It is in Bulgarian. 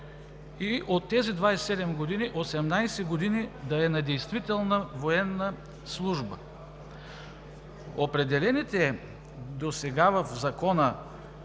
и от тези 27 години – 18 години да е на действителна военна служба. Определените досега в Закона